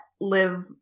live